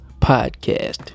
podcast